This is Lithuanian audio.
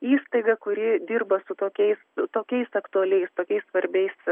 įstaiga kuri dirba su tokiais tokiais aktualiais tokiais svarbiais